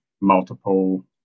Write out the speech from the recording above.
multiple